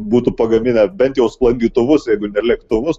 būtų pagaminę bent jau sklandytuvus jeigu ne lėktuvus